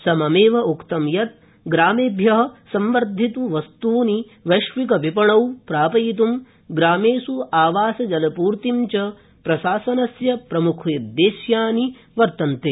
सममेव उक्त यत् ग्रामेभ्य संवर्धितवस्त्रनि वैश्विकविपणौ प्रापवित् ग्रामेष् आवासजलपूर्ति च प्रशासनस्य प्रमुखोद्दश्यानि वर्तन्ते